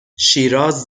شیراز